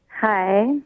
Hi